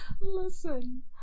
Listen